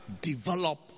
develop